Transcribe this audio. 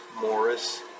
Morris